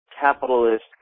capitalist